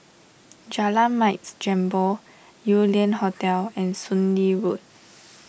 Jalan Mat Jambol Yew Lian Hotel and Soon Lee Road